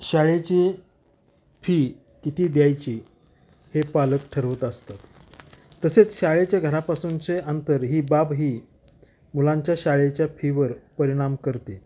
शाळेची फी किती द्यायची हे पालक ठरवत असतात तसेच शाळेच्या घरापासूनचे अंतर ही बाब ही मुलांच्या शाळेच्या फीवर परिणाम करते